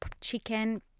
chicken